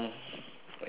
actually have ah